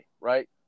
right